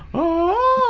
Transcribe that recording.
oh,